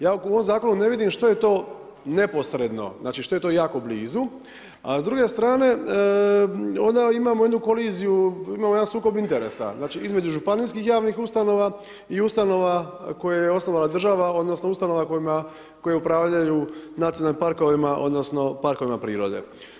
Ja u ovom zakonu ne vidim što je to neposredno, što je to jako blizu, a s druge strane ovdje imamo jednu koliziju, imamo jedan sukob interesa između županijskih javnih ustanova i ustanova koje je osnovala država odnosno ustanova koje upravljaju nacionalnim parkovima odnosno parkovima prirode.